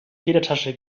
federtasche